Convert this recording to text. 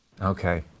Okay